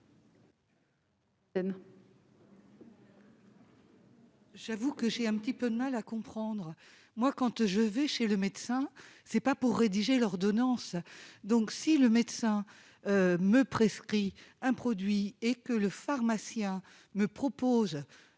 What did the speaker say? J'avoue que j'ai un peu de mal à comprendre ! Moi, quand je vais chez le médecin, ce n'est pas pour rédiger l'ordonnance ! Si le médecin me prescrit un produit et que le pharmacien me propose